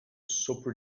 sopro